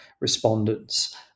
respondents